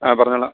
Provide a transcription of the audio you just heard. ആ പറഞ്ഞുകൊള്ളാം